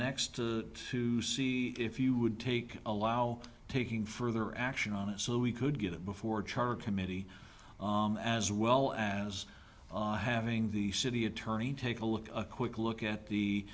next to see if you would take allow taking further action on it so we could get it before char committee as well as having the city attorney take a look a quick look at the